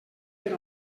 per